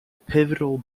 pivotal